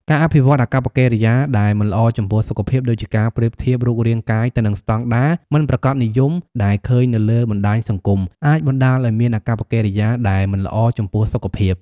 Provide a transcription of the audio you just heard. ការអភិវឌ្ឍអាកប្បកិរិយាដែលមិនល្អចំពោះសុខភាព ដូចជាការប្រៀបធៀបរូបរាងកាយទៅនឹងស្តង់ដារមិនប្រាកដនិយមដែលឃើញនៅលើបណ្ដាញសង្គម អាចបណ្ដាលឱ្យមានអាកប្បកិរិយាដែលមិនល្អចំពោះសុខភាព។